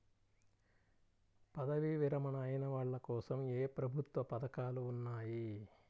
పదవీ విరమణ అయిన వాళ్లకోసం ఏ ప్రభుత్వ పథకాలు ఉన్నాయి?